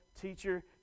teacher